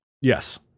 Yes